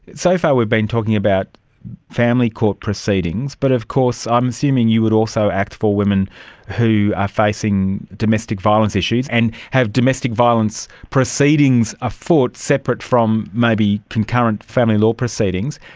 so far we've been talking about family court proceedings, but of course i'm assuming you would also act for women who are facing domestic violence issues and have domestic violence proceedings afoot separate from maybe concurrent family law proceedings.